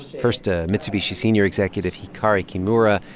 first, a mitsubishi senior executive, hikari kimura,